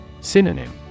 Synonym